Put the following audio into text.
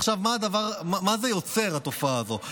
עכשיו, מה יוצרת התופעה הזאת?